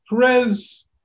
Perez